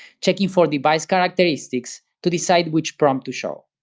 checking for device characteristics to decide which prompt to show.